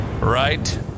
Right